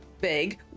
Big